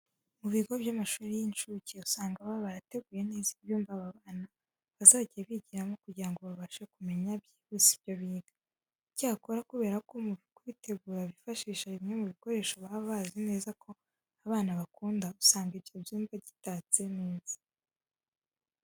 Mu bigo by'amashuri y'incuke usanga baba barateguye neza ibyumba aba bana bazajya bigiramo kugira ngo babashe kumenya byihuse ibyo biga. Icyakora kubera ko mu kubitegura bifashisha bimwe mu bikoresho baba bazi neza ko abana bakunda, usanga ibyo byumba gitatse neza.